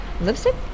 Lipstick